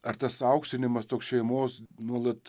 ar tas aukštinimas toks šeimos nuolat